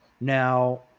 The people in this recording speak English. Now